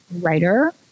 writer